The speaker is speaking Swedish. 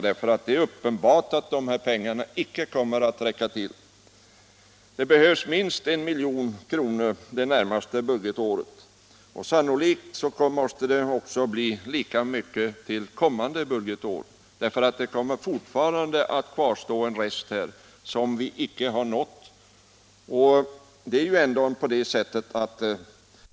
Det är nämligen uppenbart att dessa pengar inte kommer att räcka till. Det behövs minst 1 milj.kr. under det närmaste budgetåret, och sannolikt kommer det att krävas lika mycket under kommande budgetår, eftersom det ändå kommer att kvarstå en rest som vi inte nått.